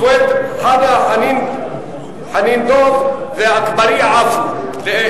סוייד חנא, חנין דב ואגבאריה עפו.